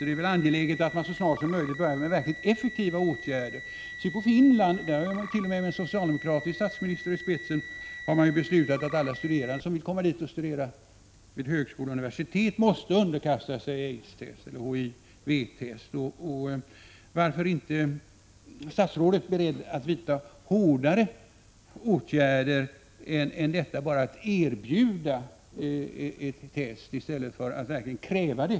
Det är väl 47 angeläget att man så snart som möjligt börjar med verkligt effektiva åtgärder. Se på Finland — där har man, med en socialdemokratisk statsminister i spetsen, t.o.m. beslutat att alla som vill komma dit och studera vid högskolor och universitet måste underkasta sig HIV-test. Varför är inte statsrådet beredd att vidta strängare åtgärder än att bara erbjuda HIV-test — att verkligen kräva det?